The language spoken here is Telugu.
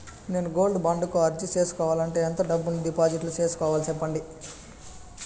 నేను గోల్డ్ బాండు కు అర్జీ సేసుకోవాలంటే ఎంత డబ్బును డిపాజిట్లు సేసుకోవాలి సెప్పండి